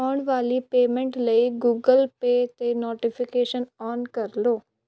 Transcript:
ਆਉਣ ਵਾਲੀ ਪੇਮੈਂਟ ਲਈ ਗੁਗਲ ਪੇਅ 'ਤੇ ਨੋਟੀਫਿਕੇਸ਼ਨ ਆਨ ਕਰ ਲੋ